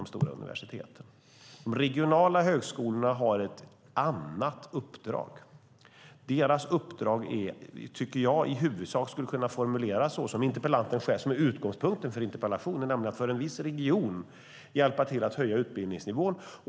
De regionala högskolorna har ett annat uppdrag. Jag tycker att deras uppdrag i huvudsak skulle kunna formuleras som det som är utgångspunkten i interpellationen, nämligen att de ska hjälpa till att höja utbildningsnivån i en viss region.